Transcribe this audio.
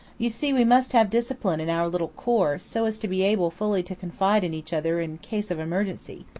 you see we must have discipline in our little corps, so as to be able fully to confide in each other in cases of emergency.